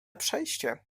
przejście